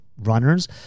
runners